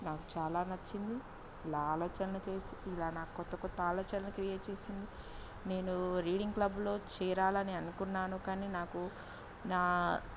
నాకు చాలా నచ్చింది ఇలా ఆలోచనలు చేసి ఇలా నా కొత్త కొత్త ఆలోచనలు క్రియేట్ చేసింది నేను రీడింగ్ క్లబ్లో చేరాలని అనుకున్నాను కానీ నాకు నా